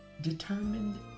determined